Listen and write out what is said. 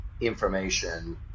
information